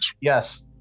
Yes